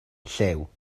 llyw